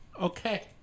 Okay